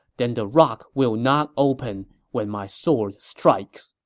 then the rock will not open when my sword strikes.